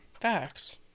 Facts